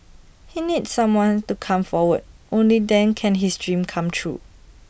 he needs someone to come forward only then can his dream come true